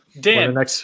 Dan